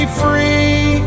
free